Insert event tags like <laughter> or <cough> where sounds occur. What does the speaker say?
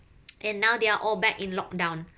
<noise> and now they are all back in lockdown